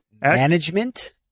Management